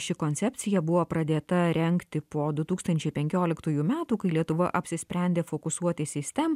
ši koncepcija buvo pradėta rengti po du tūkstančiai penkioliktųjų metų kai lietuva apsisprendė fokusuotis į stem